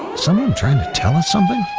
someone trying to tell us something?